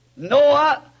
Noah